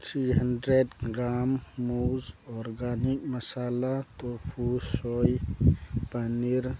three hundred gram ꯃꯨꯁ organic masala tofu soy ꯄꯅꯤꯔ